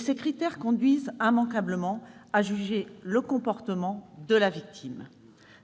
ces critères conduisent immanquablement à juger le comportement de la victime.